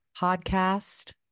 podcast